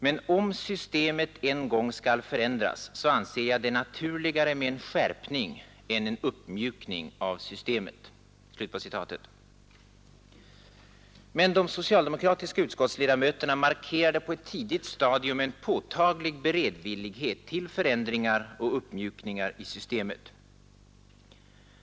Men om systemet en gång skall förändras så anser jag det naturligare med en skärpning än en uppmjukning av systemet.” Men de socialdemokratiska utskottsledamöterna markerade på ett tidigt stadium en påtaglig beredvillighet till förändringar och uppmjukningar i systemet.